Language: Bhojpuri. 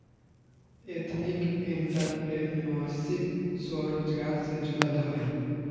एथनिक एंटरप्रेन्योरशिप स्वरोजगार से जुड़ल हवे